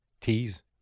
teas